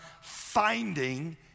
finding